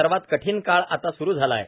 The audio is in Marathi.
सर्वात कठीण काळ आता सूरु झालं आहे